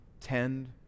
Tend